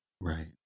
Right